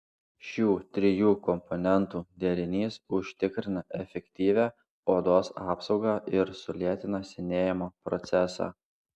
šių trijų komponentų derinys užtikrina efektyvią odos apsaugą ir sulėtina senėjimo procesą